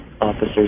officers